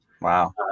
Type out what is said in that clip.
Wow